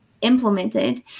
implemented